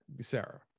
Sarah